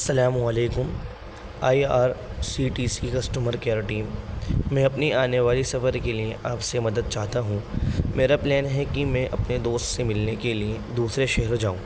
السلام علیکم I R C T C customer care team میں اپنی آنے والی سفر کے لیے آپ سے مدد چاہتا ہوں میرا پلین ہے کہ میں اپنے دوست سے ملنے کے لیے دوسرے شہر جاؤں